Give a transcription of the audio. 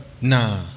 nah